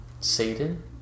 Satan